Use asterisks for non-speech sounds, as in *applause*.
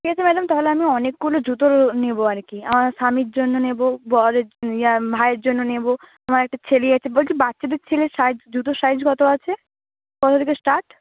ঠিক আছে ম্যাডাম তাহলে আমি অনেকগুলো জুতোর *unintelligible* নেব আর কি আমার স্বামীর জন্য নেব বরের ইয়া ভাইয়ের জন্য নেব আমার একটা ছেলে আছে বলছি বাচ্চাদের ছেলের *unintelligible* জুতোর সাইজ কত আছে কত থেকে স্টার্ট